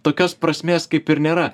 tokios prasmės kaip ir nėra